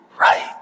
right